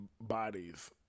bodies